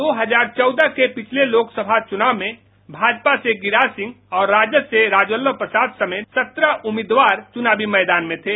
दो हजार चौदह के पिछले लोकसभा चुनाव में भाजपा से गिरिराज सिंह और राजद से राजबल्लभ प्रसाद समेत सत्रह उम्मीदवार चुनावी मैदान में थे